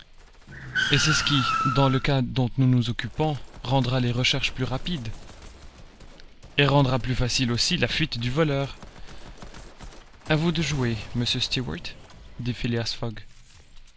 et c'est ce qui dans le cas dont nous nous occupons rendra les recherches plus rapides et rendra plus facile aussi la fuite du voleur a vous de jouer monsieur stuart